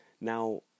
Now